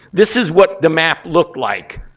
this is what the map looked like.